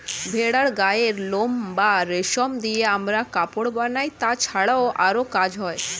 ভেড়ার গায়ের লোম বা রেশম দিয়ে আমরা কাপড় বানাই, তাছাড়াও আরো কাজ হয়